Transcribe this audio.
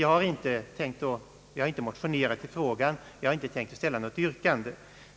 Jag har inte heller motionerat i frågan och har inte tänkt att ställa något yrkande.